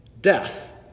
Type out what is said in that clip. death